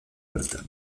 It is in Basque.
bertan